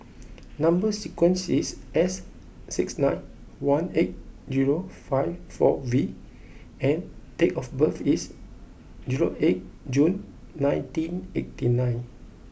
number sequence is S six nine one eight zero five four V and date of birth is zero eight June nineteen eighty nine